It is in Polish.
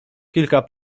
kilka